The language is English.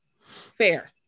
fair